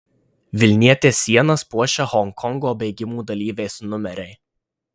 vilnietės sienas puošia honkongo bėgimų dalyvės numeriai